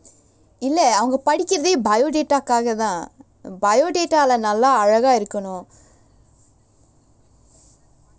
இல்ல அவங்க படிக்கிறதே:illa avanga padikkirathae biodata காக தான்:kaaga thaan biodata leh நல்லா அழகா இருக்கனும்:nallaa alagaa irukanum